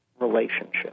relationship